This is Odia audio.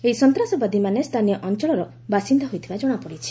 ଏହି ସନ୍ତାସବାଦୀମାନେ ସ୍ଥାନୀୟ ଅଞ୍ଚଳର ବାସିନ୍ଦା ହୋଇଥିବାର ଜଣାପଡ଼ିଛି